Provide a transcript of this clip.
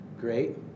Great